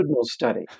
study